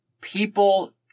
people